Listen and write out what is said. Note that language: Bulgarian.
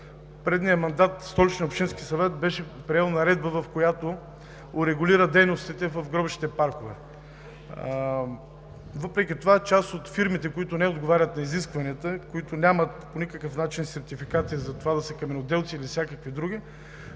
предния мандат Столичният общински съвет беше приел Наредба, която урегулира дейностите в гробищните паркове. Въпреки това част от фирмите, които не отговарят на изискванията, които нямат по никакъв начин сертификати за това да са каменоделци или всякакви други,